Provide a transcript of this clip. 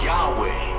Yahweh